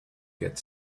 get